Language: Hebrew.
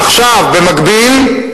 למה לא, עכשיו, במקביל,